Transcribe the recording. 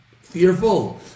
Fearful